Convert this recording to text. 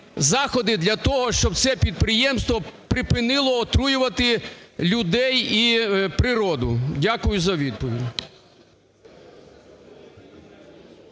заходи для того, щоб це підприємство припинило отруювати людей і природу? Дякую за відповідь.